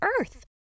Earth